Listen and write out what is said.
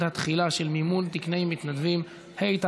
הפירעון החודשי של הלוואה לדיור בנסיבות מיוחדות),